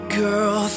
girl